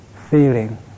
feeling